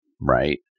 right